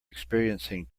experiencing